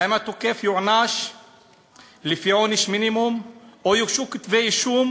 האם התוקף יוענש לפי עונש מינימום או יוגשו כתבי-אישום